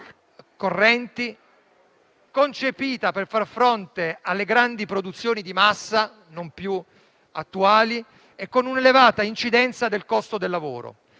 correnti, concepita per far fronte alle grandi produzioni di massa non più attuali e con un'elevata incidenza del costo del lavoro.